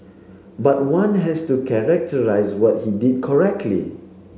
but one has to characterise what he did correctly